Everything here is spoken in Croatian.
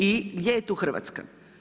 I gdje je tu Hrvatska?